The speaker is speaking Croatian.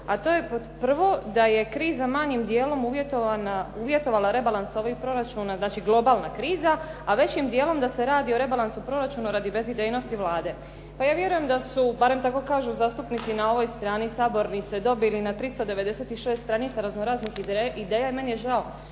a to je pod prvo da je kriza manjim djelom uvjetovala rebalans ovaj proračun, znači globalna kriza a većim djelom da se radi o rebalansu proračuna radi bezidejnosti Vlade. Pa ja vjerujem da su barem tako kažu zastupnici na ovoj strani sabornice dobili na 396 stranica razno raznih ideja i meni je žao